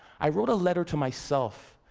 i wrote a letter to myself,